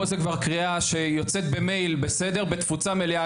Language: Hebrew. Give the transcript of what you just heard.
פה זה כבר קריאה שיוצאת במייל בתפוצה מלאה,